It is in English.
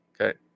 okay